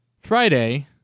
Friday